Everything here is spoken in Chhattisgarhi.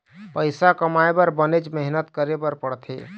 पइसा कमाए बर बनेच मेहनत करे बर पड़थे